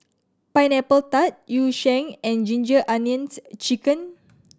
Pineapple Tart Yu Sheng and Ginger Onions Chicken